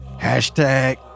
Hashtag